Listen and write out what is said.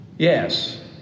Yes